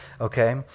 Okay